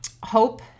hope